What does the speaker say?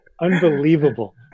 Unbelievable